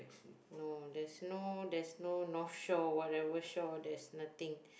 no there's no there's no North Shore whatever shore there's nothing